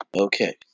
Okay